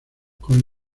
con